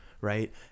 right